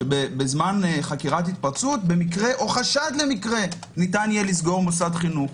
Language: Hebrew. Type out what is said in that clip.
שבזמן חקירת התפרצות במקרה או חשד למקרה ניתן יהיה לסגור מוסד חינוך.